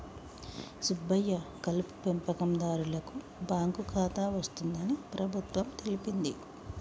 సుబ్బయ్య కలుపు పెంపకందారులకు బాంకు ఖాతా వస్తుందని ప్రభుత్వం తెలిపింది